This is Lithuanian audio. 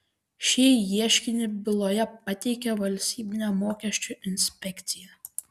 šį ieškinį byloje pateikė valstybinė mokesčių inspekcija